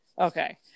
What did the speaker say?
Okay